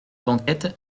banquette